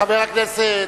חברי הכנסת,